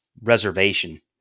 reservation